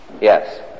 Yes